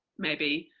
maybe,